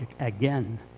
again